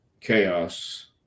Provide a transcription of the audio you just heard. chaos